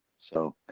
so,